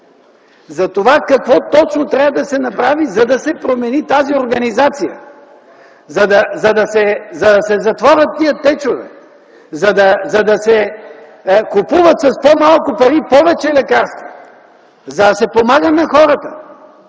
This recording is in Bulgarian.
за това какво точно трябва да се направи, за да се промени тази организация, за да се затворят тези „течове”, за да се купуват с по-малко пари повече лекарства, за да се помага на хората